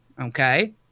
Okay